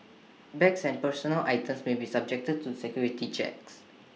bags and personal items may be subjected to security checks